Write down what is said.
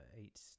eight